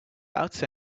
out